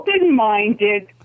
open-minded